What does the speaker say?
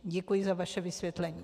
Děkuji za vaše vysvětlení.